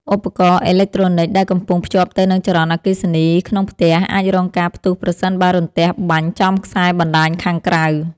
ឧបករណ៍អេឡិចត្រូនិកដែលកំពុងភ្ជាប់ទៅនឹងចរន្តអគ្គិសនីក្នុងផ្ទះអាចរងការផ្ទុះប្រសិនបើរន្ទះបាញ់ចំខ្សែបណ្តាញខាងក្រៅ។